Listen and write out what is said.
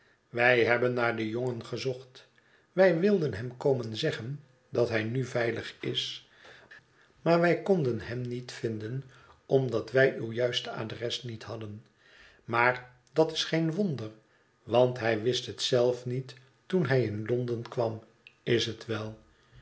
wij hebben naar den jongen gezocht wij wilden hem komen zeggen dat hij nu veilig is maar wij konden hem niet vinden omdat wij uw juiste adres niet hadden maar dat is geeh wonder want hij wist het zelf niet toen hij in londen kwam is het wel